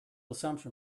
assumption